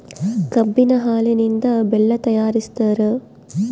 ಕಬ್ಬಿನ ಹಾಲಿನಿಂದ ಬೆಲ್ಲ ತಯಾರಿಸ್ತಾರ